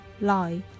lie